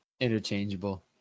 Interchangeable